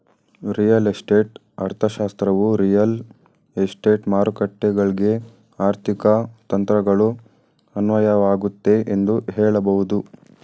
real estate ಅರ್ಥಶಾಸ್ತ್ರವು real estate ಮಾರುಕಟ್ಟೆಗಳ್ಗೆ ಆರ್ಥಿಕ ತಂತ್ರಗಳು ಅನ್ವಯವಾಗುತ್ತೆ ಎಂದು ಹೇಳಬಹುದು